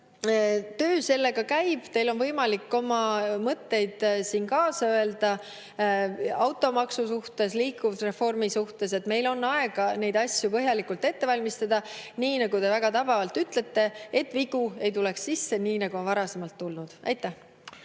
töö sellega käib. Teil on võimalik oma mõtteid siin kaasa öelda automaksu suhtes, liikuvusreformi suhtes. Meil on aega neid asju põhjalikult ette valmistada, nii nagu te väga tabavalt ütlete, et vigu ei tuleks sisse, nii nagu on varasemalt tulnud. Aitäh!